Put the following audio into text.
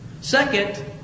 Second